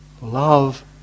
Love